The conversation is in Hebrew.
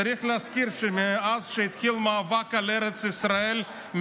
צריך להזכיר שמאז שהתחיל המאבק על ארץ ישראל,